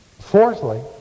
Fourthly